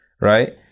right